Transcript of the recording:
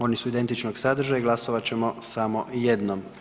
Oni su identičnog sadržaja i glasovati ćemo samo jednom.